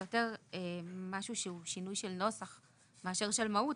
זה יותר שינוי של נוסח מאשר של מהות,